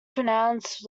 pronounced